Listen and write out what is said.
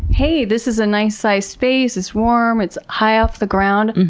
hey this is a nice-sized space, it's warm, it's high off the ground,